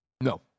No